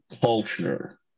culture